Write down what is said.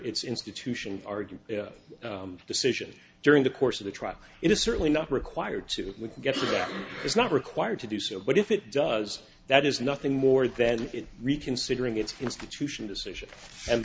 its institution argue decision during the course of the truck it is certainly not required to get to that it's not required to do so but if it does that is nothing more than reconsidering its institution decision and